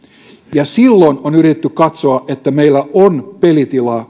ja silloin kun taloudessa menee huonosti on yritetty katsoa että meillä on pelitilaa